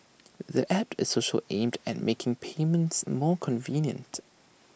the app is also aimed at making payments more convenient